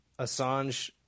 Assange